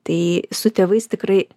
tai su tėvais tikrai